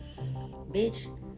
Bitch